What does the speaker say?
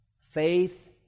Faith